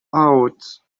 out